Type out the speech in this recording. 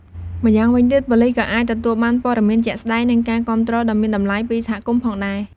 ម្យ៉ាងវិញទៀត ប៉ូលិសក៏អាចទទួលបានព័ត៌មានជាក់ស្តែង និងការគាំទ្រដ៏មានតម្លៃពីសហគមន៍ផងដែរ។